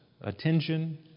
attention